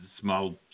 small